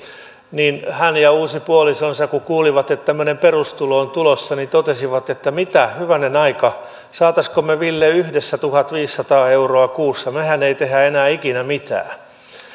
niin hän ja uusi puolisonsa kun kuulivat että tämmöinen perustulo on tulossa niin totesivat mitä hyvänen aika saataisko me ville yhdessä tuhatviisisataa euroa kuussa mehän ei tehdä enää ikinä mitään